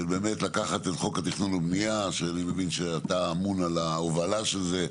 לקחת את חוק התכנון והבנייה אני מבין שאתה אמון על ההובלה של זה,